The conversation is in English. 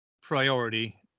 priority